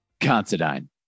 Considine